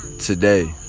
Today